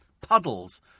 Puddles